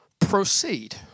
proceed